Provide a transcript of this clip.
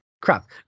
crap